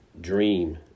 dream